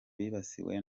bibasiwe